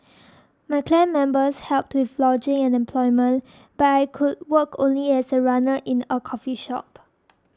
my clan members helped with lodging and employment but I could work only as a runner in a coffee shop